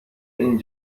این